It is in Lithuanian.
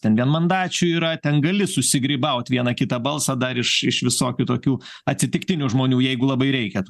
ten vienmandačių yra ten gali susigrybaut vieną kitą balsą dar iš iš visokių tokių atsitiktinių žmonių jeigu labai reikia tų